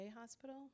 hospital